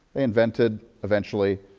they invented, eventually,